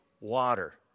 water